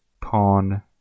Pawn